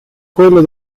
quello